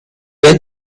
went